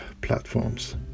platforms